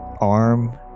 arm